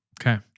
Okay